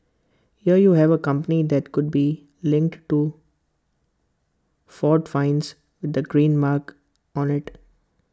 here you have A company that could be linked to Ford fines with the green mark on IT